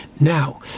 now